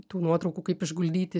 tų nuotraukų kaip išguldyti